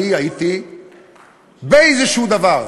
אם הייתי באיזשהו דבר,